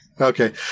Okay